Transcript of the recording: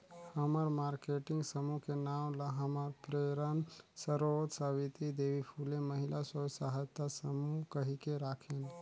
हमन मारकेटिंग समूह के नांव ल हमर प्रेरन सरोत सावित्री देवी फूले महिला स्व सहायता समूह कहिके राखेन